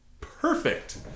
Perfect